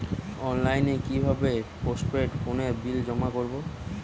অনলাইনে কি ভাবে পোস্টপেড ফোনের বিল জমা করব?